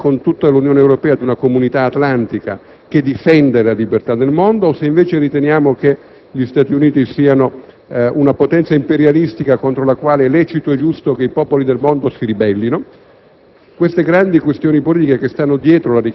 se l'Italia ritenga di essere parte, insieme con tutta l'Unione Europea, di una comunità atlantica che difende la libertà del mondo o se invece riteniamo che gli Stati Uniti siano una potenza imperialistica contro la quale è lecito e giusto che i popoli del mondo si ribellino.